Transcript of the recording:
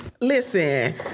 Listen